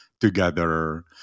together